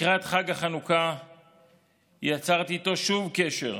לקראת חג החנוכה יצרתי איתו שוב קשר.